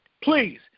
Please